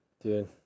Dude